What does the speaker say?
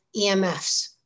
EMFs